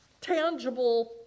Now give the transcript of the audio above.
tangible